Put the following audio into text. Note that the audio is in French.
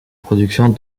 productions